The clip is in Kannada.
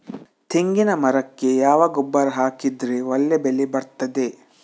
ತೆಂಗಿನ ಮರಕ್ಕೆ ಯಾವ ಗೊಬ್ಬರ ಹಾಕಿದ್ರೆ ಒಳ್ಳೆ ಬೆಳೆ ಬರ್ತದೆ?